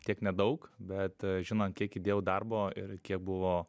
tiek nedaug bet žinant kiek įdėjau darbo ir kiek buvo